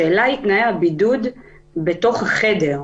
השאלה היא תנאי הבידוד בתוך החדר.